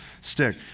stick